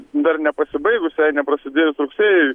dar nepasibaigus neprasidėjus rugsėjui